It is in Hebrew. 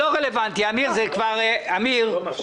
זה לא רלוונטי.